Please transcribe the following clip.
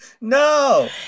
No